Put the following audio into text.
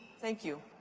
thank you.